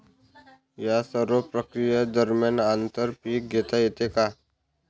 या सर्व प्रक्रिये दरम्यान आंतर पीक घेता येते का?